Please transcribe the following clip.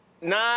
Nine